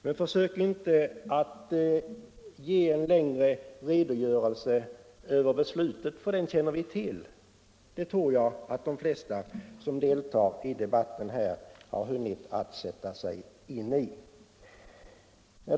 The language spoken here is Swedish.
Men försök inte att ge en längre redogörelse för beslutet, för det känner vi till. Jag tror att de flesta som deltar i den här debatten har hunnit sätta sig in i det.